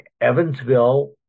Evansville